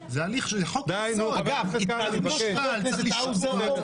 זה לא פגיעה